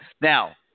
Now